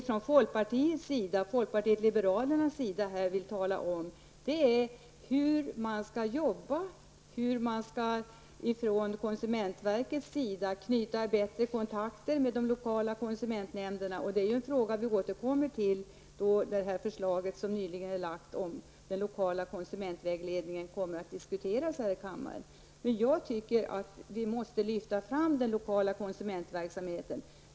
Vad vi i folkpartiet liberalerna vill understryka är detta med hur man skall jobba och hur man från konsumentverkets sida skall knyta bättre kontakter med de lokala konsumentnämnderna. Den frågan återkommer vi till senare i samband med behandlingen här i kammaren av det förslag som nyligen har lagts fram och som handlar om den kommunala konsumentvägledningen. Jag tycker att vi måste lyfta fram frågan om den lokala konsumentverksamheten.